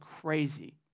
crazy